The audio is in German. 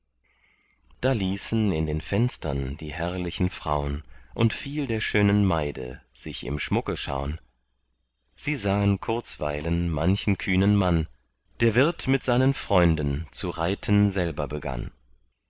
da ließen in den fenstern die herrlichen fraun und viel der schönen maide sich im schmucke schaun sie sahen kurzweilen manchen kühnen mann der wirt mit seinen freunden zu reiten selber begann